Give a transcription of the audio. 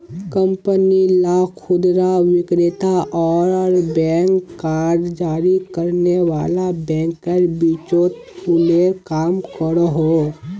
company ला खुदरा विक्रेता आर बैंक कार्ड जारी करने वाला बैंकेर बीचोत पूलेर काम करोहो